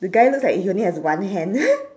the guy looks like he only has one hand